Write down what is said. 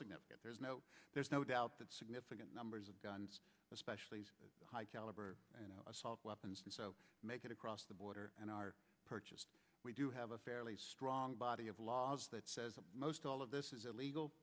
significant there's no there's no doubt that significant numbers of guns especially high caliber and assault weapons make it across the border and are purchased we do have a fairly strong body of laws that says most all of this is